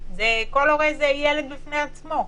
כל הורה זה ילד בפני עצמו,